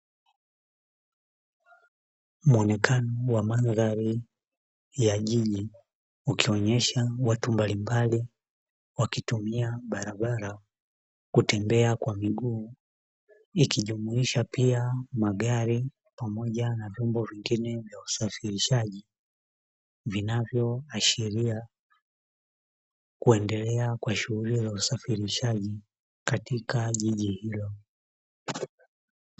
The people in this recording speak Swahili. Muonekano wa mandhari ya jiji ukionyesha watu mbalimbali wakitumia barabara kutembea kwa miguu, ikijumuisha pia magari pamoja na vyombo vingine vya usafirishaji, vinavyoashiria kuendelea kwa shughuli za usafirishaji katika jiji hilo.